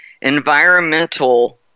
environmental